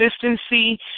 consistency